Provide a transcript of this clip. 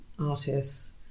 artists